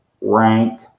rank